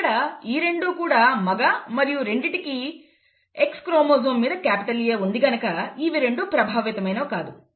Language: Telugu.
ఇక్కడ ఈ రెండూ కూడా మగ మరియు రెండిటికి X క్రోమోజోమ్ మీద క్యాపిటల్ A ఉంది కనుక ఇవి రెండూ ప్రభావితమైనవి కావు